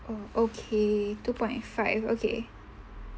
oh okay two point five okay